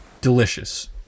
delicious